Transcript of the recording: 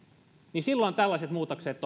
niin silloin tällaiset muutokset